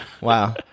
Wow